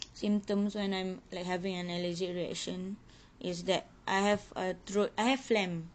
symptoms when I'm like having an allergic reaction is that I have a throat I have phelgm